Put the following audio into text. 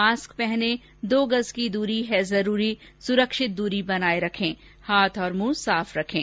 mask पहनें दो गज़ की दूरी है जरूरी सुरक्षित दूरी बनाए रखें हाथ और मुंह साफ रखें